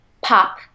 pop